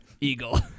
Eagle